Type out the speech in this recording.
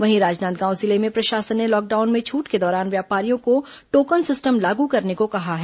वहीं राजनांदगांव जिले में प्रशासन ने लॉकडाउन में छूट के दौरान व्यापारियों को टोकन सिस्टम लागू करने को कहा है